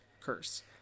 curse